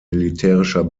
militärischer